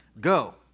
go